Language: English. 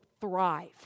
thrive